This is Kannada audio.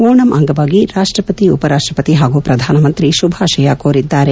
ಓಣಂ ಅಂಗವಾಗಿ ರಾಷ್ಟಪತಿ ಉಪರಾಷ್ಟಪತಿ ಹಾಗೂ ಪ್ರಧಾನ ಮಂತ್ರಿ ಶುಭಾಶಯ ಕೋರಿದ್ದಾರೆ